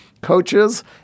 coaches